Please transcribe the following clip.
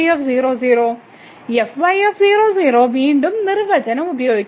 f y 00 വീണ്ടും നിർവചനം ഉപയോഗിക്കണം